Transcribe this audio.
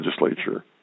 legislature